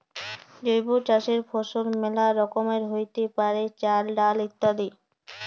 জৈব চাসের ফসল মেলা রকমেরই হ্যতে পারে, চাল, ডাল ইত্যাদি